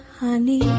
honey